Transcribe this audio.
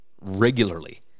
regularly